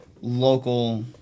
local